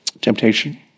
temptation